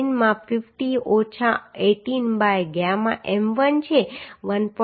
9 માં 50 ઓછા 18 by gamma m1 છે 1